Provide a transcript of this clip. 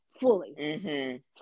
Fully